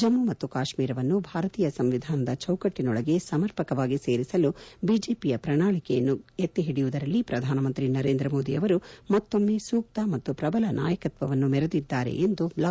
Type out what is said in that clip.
ಜಮ್ನು ಮತ್ತು ಕಾಶ್ಸೀರವನ್ನು ಭಾರತೀಯ ಸಂವಿಧಾನದ ಚೌಕಟ್ಟನೊಳಗೆ ಸಮರ್ಪಕವಾಗಿ ಸೇರಿಸಲು ಬಿಜೆಪಿಯ ಪ್ರಣಾಳಕೆಯನ್ನು ಗೌರವಿಸುವುದರಲ್ಲಿ ಪ್ರಧಾನ ಮಂತ್ರಿ ನರೇಂದ್ರಮೋದಿಯವರು ಮತ್ತೊಮ್ನೆ ಸೂಕ್ತ ಮತ್ತು ಪ್ರಬಲ ನಾಯಕತ್ವವನ್ನು ಮೆರೆದಿದ್ದಾರೆ ಎಂದು ಬ್ಲಾಕ್ ಮನ್ ಹೇಳಿದ್ದಾರೆ